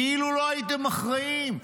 כאילו לא הייתם אחראים,